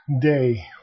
day